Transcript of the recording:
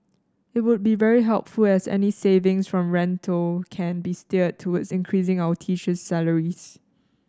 it would be very helpful as any savings from rental can be steered towards increasing our teacher's salaries